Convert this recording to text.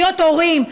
להיות הורים.